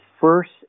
first